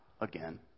again